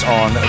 on